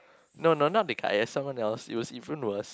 no no not Decliase someone else it was even worst